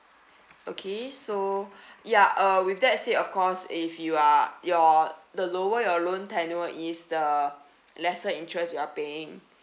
okay so ya uh with that said of course if you are your the lower your loan tenure is the lesser interest you are paying